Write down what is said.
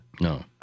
no